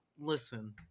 listen